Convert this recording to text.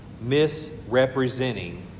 Misrepresenting